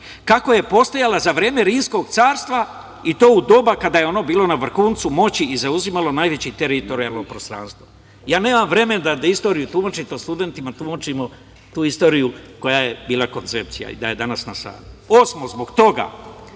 kako je postojala za vreme rimskog carstva i to u doba kada je ono bilo na vrhuncu moći i zauzimalo najveće teritorijalno prostranstvo. Ja nemam vremena da istoriju tumačim. To studentima tumačimo tu istoriju koja je bila koncepcija. Osmo – zbog toga